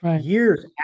years